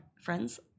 friends